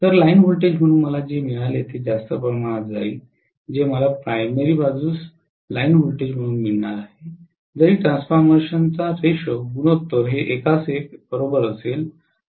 तर line voltage म्हणून मला जे मिळते ते जास्त प्रमाणात जाईल जे मला प्राथमिक बाजूस लाईन व्होल्टेज म्हणून मिळणार आहे जरी ट्रान्सफॉर्मेशन रेश्यो 1 1 बरोबर असेल